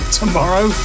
tomorrow